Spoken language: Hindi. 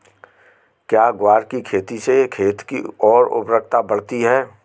क्या ग्वार की खेती से खेत की ओर उर्वरकता बढ़ती है?